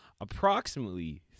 Approximately